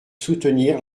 soutenir